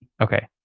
okay